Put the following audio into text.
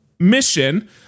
Mission